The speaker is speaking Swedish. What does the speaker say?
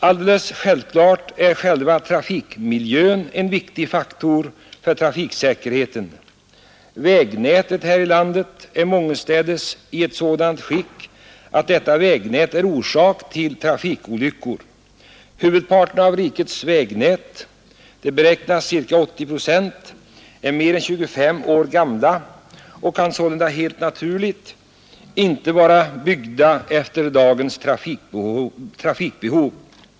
Helt naturligt är själva trafikmiljön en viktig faktor för trafiksäkerheten. Vägnätet i landet är mångenstädes i ett sådant skick att detta vägnät är orsak till trafikolyckor. Huvudparten av rikets vägar — den beräknas till ca 80 procent — har tillkommit för mer än 25 år sedan, och de vägarna kan således självfallet inte vara byggda för dagens trafikbehov.